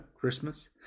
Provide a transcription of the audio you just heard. Christmas